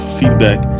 feedback